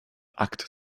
akt